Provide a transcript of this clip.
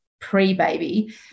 pre-baby